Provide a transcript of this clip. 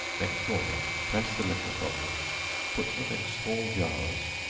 next morning, press the liquor from them put them in small jars,